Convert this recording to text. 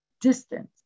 distance